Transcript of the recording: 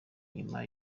nyuma